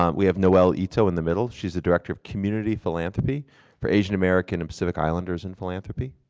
um we have noelle ito in the middle. she is the director of community philanthropy for asian american and pacific islanders and philanthropy.